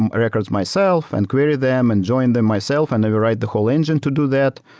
and records myself, and created them, and join them myself and maybe write the whole engine to do that.